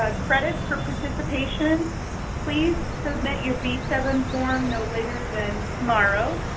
ah credits for participation please submit your b seven form no later than tomorrow,